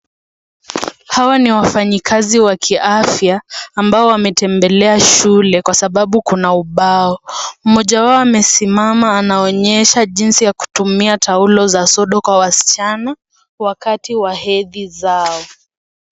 Hawa ni wafanyikazi wa kiafya ambao wametembelea shule kwa sababu kuna ubao. Mmoja wao amesimama anaonyesha jinsi ya kutumia taulo za sondo kwa wasichana wakati wa hedhi zao.